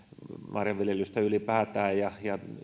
marjanviljelyyn ylipäätään ja